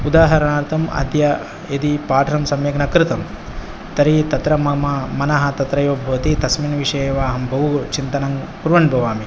उदाहराणार्थम् अद्य यदि पाठं सम्यक् न कृतं तर्हि तत्र मम मनः तत्रैव भवति तस्मिन् विषये एव अहं बहुचिन्तनं कुर्वन् भवामि